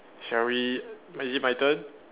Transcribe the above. shall we is it my turn